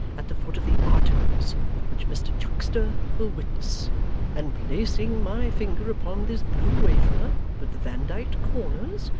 at the foot of the articles which mr chuckster will witness and placing my finger upon this blue wafer with the vandyked corners,